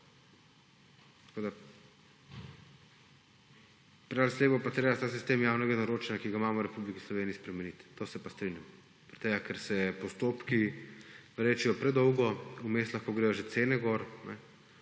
Tako da … Prej ali slej bo pa treba ta sistem javnega naročanja, ki ga imamo v Republiki Sloveniji, spremeniti, s tem se pa strinjam. Zaradi tega, ker se postopki vlečejo predolgo, vmes lahko grejo že cene gor